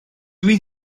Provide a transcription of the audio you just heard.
dwi